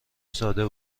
ساده